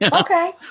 okay